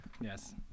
Yes